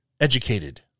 educated